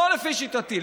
לא לפי שיטתי.